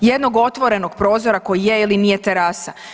Jednog otvorenog prozora koji je ili nije terasa.